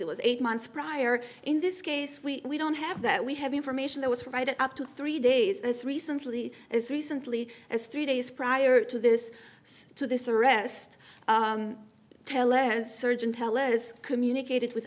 it was eight months prior in this case we don't have that we have information that was right up to three days as recently as recently as three days prior to this to this arrest tell as surgeon teles communicated with